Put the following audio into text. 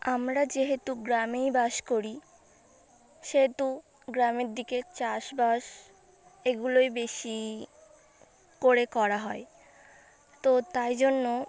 আমরা যেহেতু গ্রামেই বাস করি সেহেতু গ্রামের দিকে চাষবাস এগুলোই বেশি করে করা হয় তো তাই জন্য